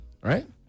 Right